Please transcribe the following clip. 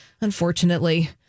unfortunately